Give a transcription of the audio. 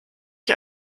ich